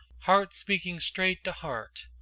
heart speaking straight to heart,